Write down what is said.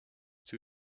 too